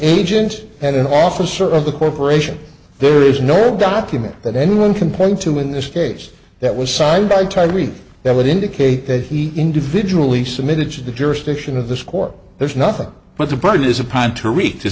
agent and an officer of the corporation there is no document that anyone can point to in this case that was signed by treasury that would indicate that he individually submitted to the jurisdiction of the score there's nothing but the